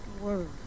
word